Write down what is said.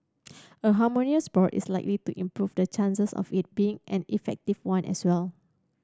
a harmonious board is likely to improve the chances of it being an effective one as well